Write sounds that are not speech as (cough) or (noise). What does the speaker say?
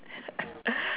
(laughs)